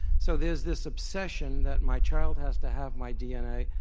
so there's this obsession that my child has to have my dna.